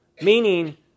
Meaning